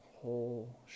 whole